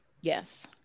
yes